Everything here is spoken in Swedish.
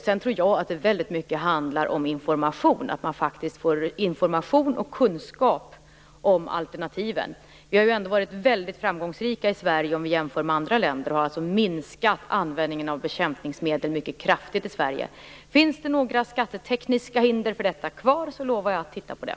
Sedan tror jag att det handlar om information, att man faktiskt får information och kunskap om alternativen. Vi i Sverige har ju ändå varit väldigt framgångsrika om vi jämför med andra länder. Vi har minskat användningen av bekämpningsmedel mycket kraftigt i Sverige. Om det finns några skattetekniska hinder för detta kvar, lovar jag att titta på det.